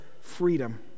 freedom—